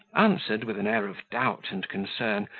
answered, with an air of doubt and concern,